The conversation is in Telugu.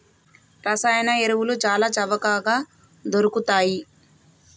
రసాయన ఎరువులు చాల చవకగ దొరుకుతయ్